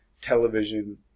television